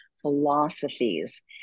philosophies